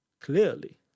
Clearly